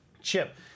chip